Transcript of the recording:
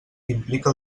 implica